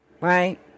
right